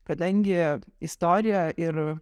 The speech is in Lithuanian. kadangi istorija ir